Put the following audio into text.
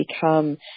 become